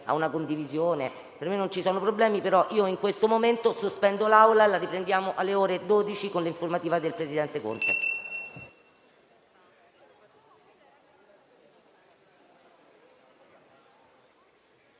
una condivisione. Per me non ci sono problemi, però io in questo momento sospendo la seduta, che riprenderà alle ore 12 con l'informativa del presidente Conte.